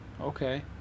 okay